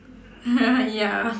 ya